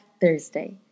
Thursday